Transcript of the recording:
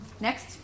Next